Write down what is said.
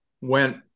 went